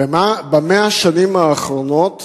ב-100 השנים האחרונות